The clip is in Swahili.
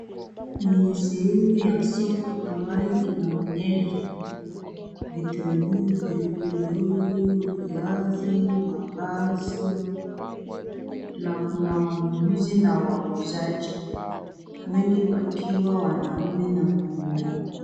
Ni sehemu ya soko ambayo inaonyesha vitunguu, pilipili hoho, viazi, mavazi na kuna wanunuzi na wauzaji, wengi wakiwa wanaume na wanawake.